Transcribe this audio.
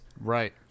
Right